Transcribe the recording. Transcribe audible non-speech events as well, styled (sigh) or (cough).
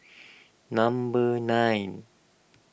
(noise) number nine